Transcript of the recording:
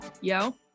Yo